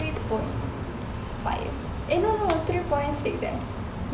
three point five eh no no three point six eh